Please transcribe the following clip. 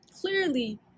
clearly